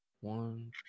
one